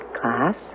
Class